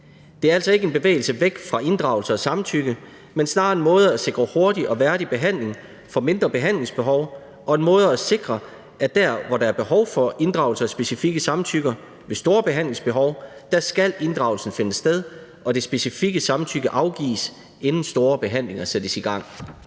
Det er altså ikke en bevægelse væk fra inddragelse og samtykke, men snarere en måde at sikre hurtig og værdig behandling for mindre behandlingsbehov og en måde at sikre, at der, hvor der er behov for inddragelse og specifikke samtykker ved store behandlingsbehov, skal inddragelse finde sted og det specifikke samtykke afgives, inden store behandlinger sættes i gang.